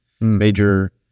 major